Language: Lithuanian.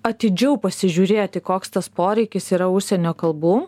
atidžiau pasižiūrėti koks tas poreikis yra užsienio kalbų